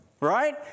right